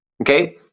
Okay